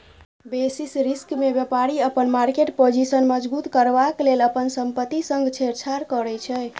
basis रिस्कमे बेपारी अपन मार्केट पाजिशन मजगुत करबाक लेल अपन संपत्ति संग छेड़छाड़ करै छै